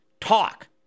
talk